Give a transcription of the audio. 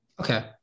Okay